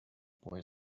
boy